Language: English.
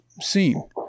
seen